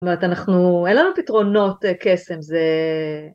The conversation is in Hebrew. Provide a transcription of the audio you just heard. זאת אומרת אנחנו, אין לנו פתרונות קסם, זה...